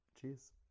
Cheers